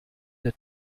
der